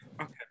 Okay